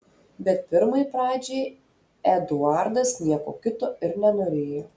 bet pirmai pradžiai eduardas nieko kito ir nenorėjo